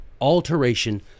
alteration